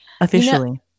Officially